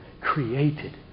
created